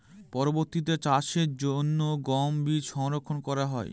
পরবর্তিতে চাষের জন্য গম বীজ সংরক্ষন করা হয়?